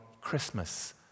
Christmas